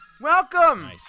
Welcome